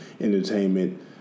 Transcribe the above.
entertainment